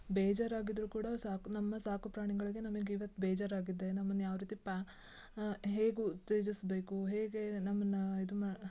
ಬೇಜಾರಾಗಿದ್ದರೂ ಕೂಡ ಸಾಕು ನಮ್ಮ ಸಾಕುಪ್ರಾಣಿಗಳಿಗೆ ನಮಗ್ ಇವತ್ತು ಬೇಜಾರಾಗಿದೆ ನಮ್ಮನ್ನು ಯಾವ ರೀತಿ ಪ್ಯಾ ಹೇಗೆ ಉತ್ತೇಜಿಸ್ಬೇಕು ಹೇಗೆ ನಮ್ಮನ್ನು ಇದು ಮಾ